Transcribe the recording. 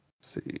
see